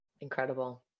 Incredible